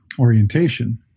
Orientation